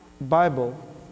Bible